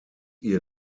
ihr